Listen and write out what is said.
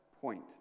point